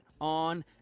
on